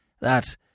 That